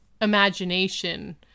imagination